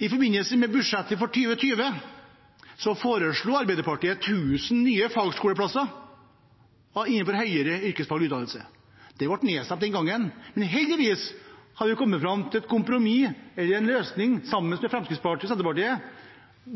I forbindelse med budsjettet for 2020 foreslo Arbeiderpartiet 1 000 nye fagskoleplasser innenfor høyere yrkesfaglig utdannelse. Det ble nedstemt, men heldigvis har vi kommet fram til et kompromiss, eller en løsning, sammen med Fremskrittspartiet og Senterpartiet,